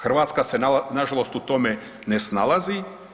Hrvatska se nažalost u tome ne snalazi.